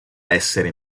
essere